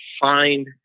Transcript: find